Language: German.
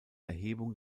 erhebung